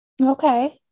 okay